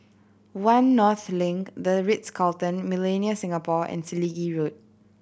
One North Link The Ritz Carlton Millenia Singapore and Selegie Road